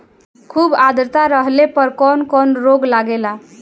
खुब आद्रता रहले पर कौन कौन रोग लागेला?